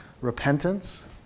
repentance